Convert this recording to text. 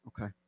Okay